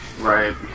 Right